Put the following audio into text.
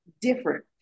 different